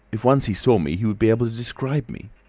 if once he saw me he would be able to describe me